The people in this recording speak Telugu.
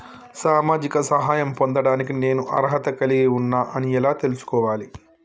సామాజిక సహాయం పొందడానికి నేను అర్హత కలిగి ఉన్న అని ఎలా తెలుసుకోవాలి?